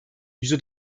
yüzde